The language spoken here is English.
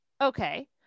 Okay